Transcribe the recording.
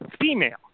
female